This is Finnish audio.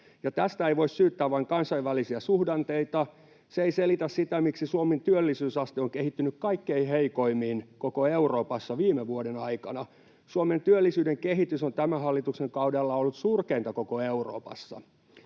Tästä ei voi syyttää vain kansainvälisiä suhdanteita. Se ei selitä sitä, miksi Suomen työllisyysaste on kehittynyt kaikkein heikoimmin koko Euroopassa viime vuoden aikana. Suomen työllisyyden kehitys on tämän hallituksen kaudella ollut surkeinta koko Euroopassa.